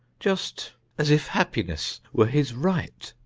just as if happiness were his right.